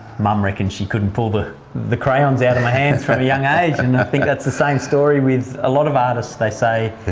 mum reckoned she couldn't pull the the crayons out of my hands from a young age, and i think that's the same story with a lot of artists they say.